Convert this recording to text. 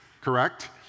correct